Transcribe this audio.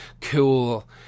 cool